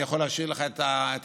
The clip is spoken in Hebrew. אני יכול להשאיר לך את הטופס,